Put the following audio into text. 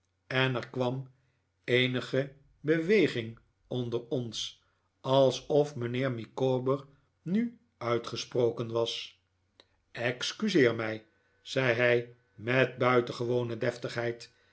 en er kwam eenige beweging onder ons alsof mijnheer micawber nu uitgesproken was excuseer mij zei hij met buitengewone deftigheid